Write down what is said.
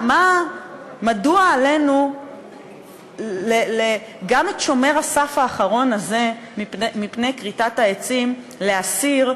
מדוע עלינו גם את שומר הסף האחרון הזה מפני כריתת העצים להסיר,